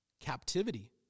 Captivity